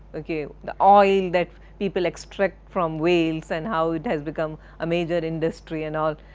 ok the oil that people extract from whales and how it has become a major industry and all,